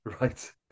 right